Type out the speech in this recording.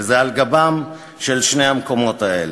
וזה על גבם של שני המקומות האלה.